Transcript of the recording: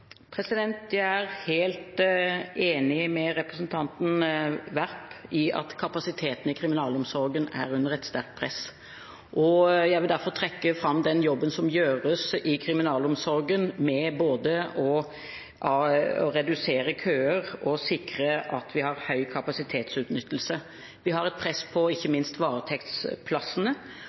Jeg er helt enig med representanten Werp i at kapasiteten i kriminalomsorgen er under et sterkt press. Jeg vil derfor trekke fram den jobben som gjøres i kriminalomsorgen med både å redusere køer og sikre at vi har høy kapasitetsutnyttelse. Vi har et press på ikke minst varetektsplassene,